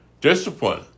discipline